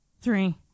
three